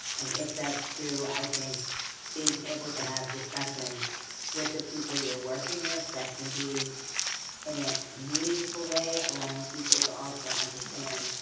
and if that's true, i think being able to have discussions with the people you're working with that can be in a meaningful way allowing people to also understand,